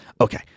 okay